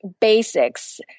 basics